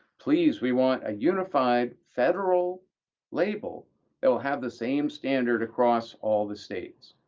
please, we want a unified federal label that will have the same standard across all the states,